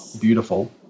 beautiful